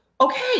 okay